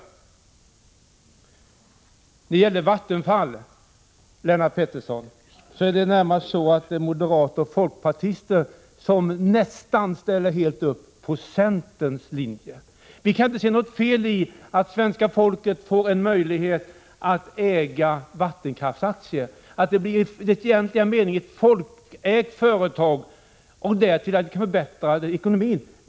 När det gäller Vattenfall, är det närmast så att det är moderater och folkpartister som nästan helt ställt upp på centerns linje. Vi kan inte se något feliatt svenska folket får en möjlighet att äga vattenkraftsaktier, att detta blir ett i egentlig mening folkägt företag, och därtill med förbättrad ekonomi.